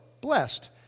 blessed